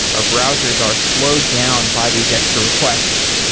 our browsers are slowed down by these extra requests.